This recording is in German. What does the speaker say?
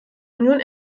union